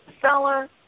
seller